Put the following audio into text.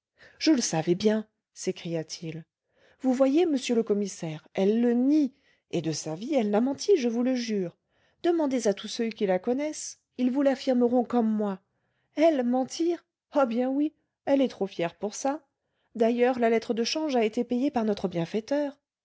je le savais bien s'écria-t-il vous voyez monsieur le commissaire elle le nie et de sa vie elle n'a menti je vous le jure demandez à tous ceux qui la connaissent ils vous l'affirmeront comme moi elle mentir ah bien oui elle est trop fière pour ça d'ailleurs la lettre de change a été payée par notre bienfaiteur